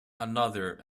another